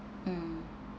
mm